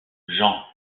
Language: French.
jean